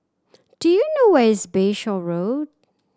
do you know where is Bayshore Road